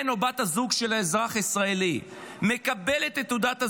כאשר בן או בת הזוג של האזרח הישראלי מקבל או מקבלת את תעודת הזהות,